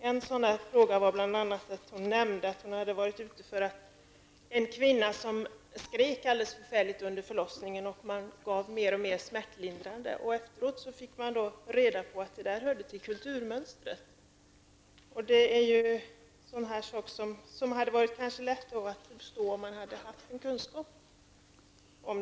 Läkaren berättade bl.a. om en kvinna som skrek alldeles förfärligt under förlossningen. Man gav henne mer och mer smärtlindring. Efter förlossningen fick man reda på att skrikandet hörde till kvinnans kulturmönster. Det hade kanske varit lättare att förstå om kunskapen hade funnits.